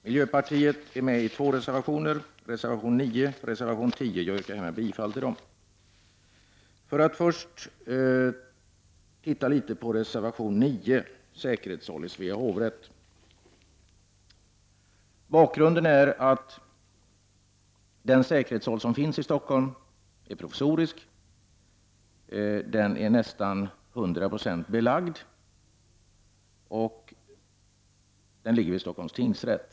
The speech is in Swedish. Herr talman! Miljöpartiet är med på två reservationer, nr 9 och 10, som jag yrkar bifall till. Reservation 9 handlar om säkerhetssal i Svea hovrätt. Bakgrunden är att den säkerhetssal som finns i Stockholm är provisorisk. Den är nästan hundraprocentigt belagd, och den ligger i Stockholms tingsrätt.